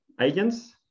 agents